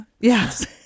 Yes